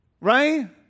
right